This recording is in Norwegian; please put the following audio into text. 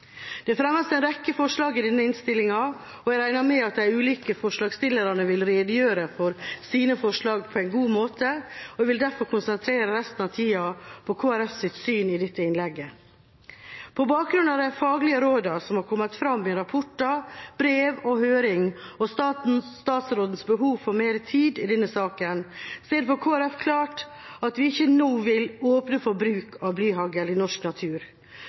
Det fremmes en rekke merknader i denne innstillinga, og jeg regner med at de ulike partiene vil redegjøre for sitt syn på en god måte. Jeg vil derfor i resten av innlegget konsentrere meg om Kristelig Folkepartis syn. På bakgrunn av de faglige rådene som har kommet fram i rapporter, brev og høring og statsrådens behov for mer tid i denne saken, er det for Kristelig Folkeparti klart at vi ikke nå vil åpne for bruk av blyhagl i norsk natur.